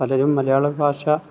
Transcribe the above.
പലരും മലയാളഭാഷ